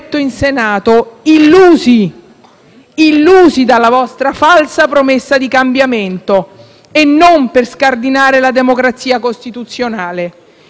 e non per scardinare la democrazia costituzionale. I cittadini vedono quello che sta accadendo e sono certa che se ne ricorderanno.